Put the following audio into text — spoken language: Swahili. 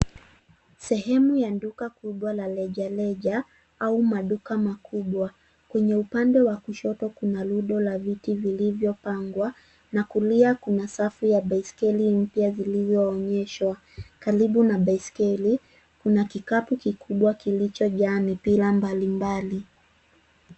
Sehemu ya duka kubwa la rejareja au maduka makubwa. Kwenye upande wa kushoto kuna rundo la viti vilivyopangwa na kulia kuna safu ya baiskeli mpya zilizoorodheshwa. Karibu na baiskeli, kuna kikapu kikubwa kilichojaa mipira mbalimbali .